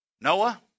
Noah